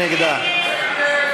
מי נגדה?